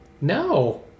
No